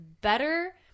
better